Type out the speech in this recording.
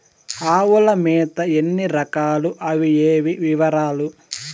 ఆవుల మేత ఎన్ని రకాలు? అవి ఏవి? వివరాలు?